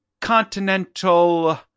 continental